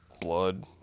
blood